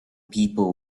people